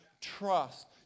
trust